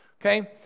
okay